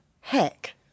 heck